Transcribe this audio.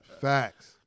Facts